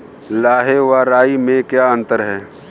लाह व राई में क्या अंतर है?